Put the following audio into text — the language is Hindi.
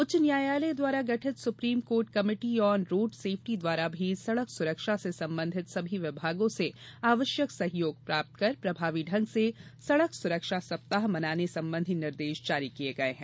उच्च न्यायालय द्वारा गठित supreme court committee on road safety द्वारा भी सड़क सुरक्षा से संबंधित सभी विभागों से आवश्यक सहयोग प्राप्त कर प्रभावी ढ़ंग से सड़क सुरक्षा सप्ताह मनाने संबंधी निर्देश जारी किये गये हैं